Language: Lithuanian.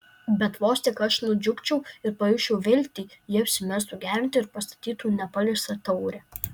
bet vos tik aš nudžiugčiau ir pajusčiau viltį ji apsimestų gerianti ir pastatytų nepaliestą taurę